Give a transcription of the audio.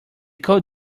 cold